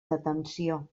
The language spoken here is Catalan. detenció